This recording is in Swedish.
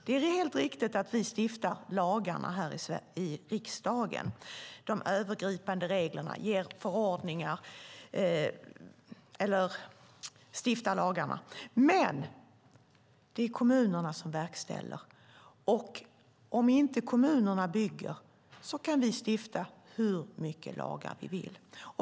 Det är helt riktigt att vi stiftar lagarna här i riksdagen. Men det är kommunerna som verkställer dem, och om inte kommunerna bygger kan vi stifta hur många lagar vi vill.